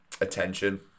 attention